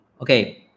Okay